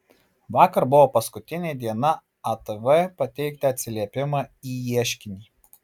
vakar buvo paskutinė diena atv pateikti atsiliepimą į ieškinį